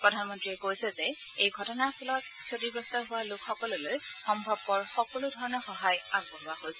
প্ৰধানমন্ত্ৰীয়ে কৈছে যে এই ঘটনাৰ ফলত ক্ষতিগ্ৰস্ত হোৱা লোকসকললৈ সম্ভৱপৰ সকলো ধৰণৰ সহায় আগবঢ়োৱা হৈছে